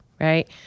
right